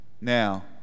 Now